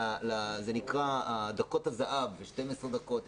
זה נקרא "דקות הזהב" 12 דקות,